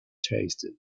tasted